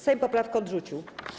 Sejm poprawkę odrzucił.